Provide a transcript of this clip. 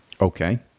Okay